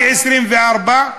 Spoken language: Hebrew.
24i,